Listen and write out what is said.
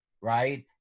right